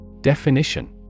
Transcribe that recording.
Definition